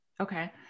Okay